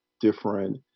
different